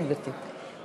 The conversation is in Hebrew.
כן, גברתי.